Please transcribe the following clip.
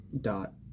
Dot